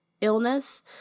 illness